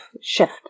shift